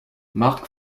mark